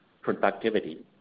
productivity